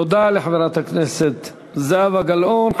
תודה לחברת הכנסת זהבה גלאון.